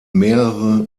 mehrere